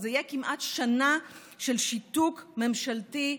זו תהיה כמעט שנה של שיתוק ממשלתי,